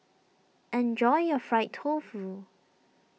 enjoy your Fried Tofu